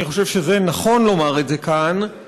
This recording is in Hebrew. אני חושב שנכון לומר את זה כאן,